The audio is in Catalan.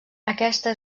aquesta